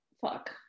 fuck